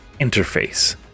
Interface